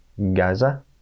Gaza